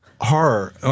horror